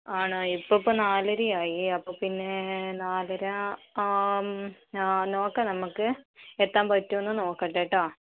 ആണോ ഇപ്പപ്പോൾ നാല് അര ആയി അപ്പോൾ പിന്നെ നാല് അര നോക്കാം നമുക്ക് എത്താന് പറ്റോന്ന് നോക്കാം കേട്ടോ